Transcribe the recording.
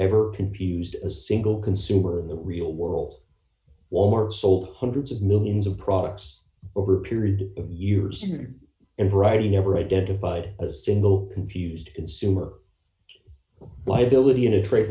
ever confused a single consumer in the real world wal mart sold hundreds of millions of products over a period of years and variety never identified a single confused consumer liability in a trade